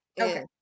Okay